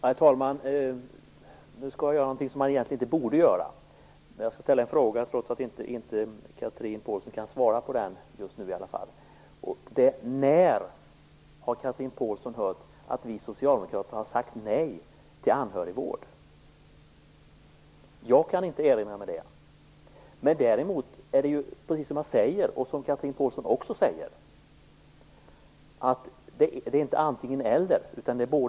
Herr talman! Nu skall jag göra någonting som man egentligen inte borde göra. Jag skall ställa en fråga trots att Chatrine Pålsson inte kan svara på den just nu. När har Chatrine Pålsson hört att vi Socialdemokrater har sagt nej till anhörigvård? Jag kan inte erinra mig det. Däremot finns det, som både jag och Chatrine Pålsson menar, ingenting som säger att det måste vara antingen anhörigvård eller professionella insatser.